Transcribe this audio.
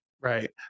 Right